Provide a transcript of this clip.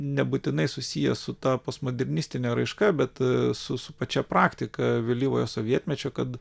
nebūtinai susiję su ta postmodernistine raiška bet su su pačia praktika vėlyvojo sovietmečio kad